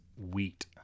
wheat